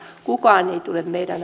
kukaan ei tule meidän